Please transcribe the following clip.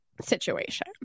situation